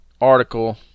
article